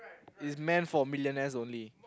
it's meant for millionaires only